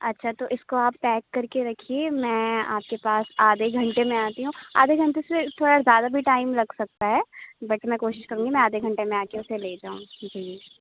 اچھا تو اِس کو آپ پیک کر کے رکھیے میں آپ کے پاس آدھے گھنٹے میں آتی ہوں آدھے گھنٹے سے تھوڑا زیادہ بھی ٹائم لگ سکتا ہے بٹ میں کوشش کروں گی میں آدھے گھنٹے میں آ کے اُسے لے جاؤں گی جی